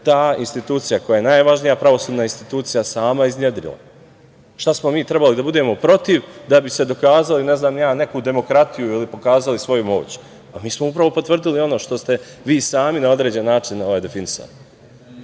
ta institucija koja je najvažnija pravosudna institucija sama iznedrila. Šta smo mi trebali, da budemo protiv da bi sad dokazali neku ne znam ni ja demokratiju ili pokazali svoju moć? Pa, mi smo upravo potvrdili ono što ste vi sami na određen način definisali